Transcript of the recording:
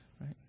right